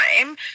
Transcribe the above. time